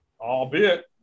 albeit